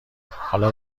حالا